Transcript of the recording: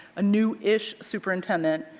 a newish superintendent